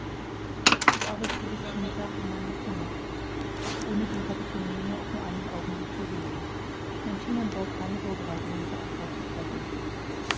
ich arbeitete bis zu mittag in meinem zimmer ohne den kapitän nemo auch nur einen augenblick zu sehen man schien an bord keine vorbereitungen zur abfahrt zu treffen